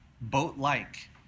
boat-like